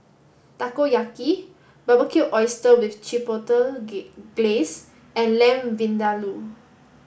Takoyaki Barbecued Oysters with Chipotle Glaze and Lamb Vindaloo